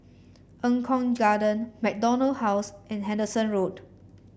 Eng Kong Garden MacDonald House and Henderson Road